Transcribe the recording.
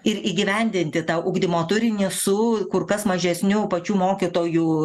ir įgyvendinti tą ugdymo turinį su kur kas mažesniu pačių mokytojų